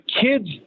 kids